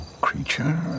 creature